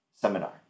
seminar